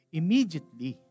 immediately